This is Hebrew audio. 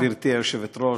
תודה, גברתי היושבת-ראש.